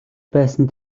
байсан